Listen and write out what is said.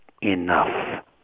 enough